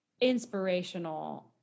inspirational